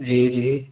جی جی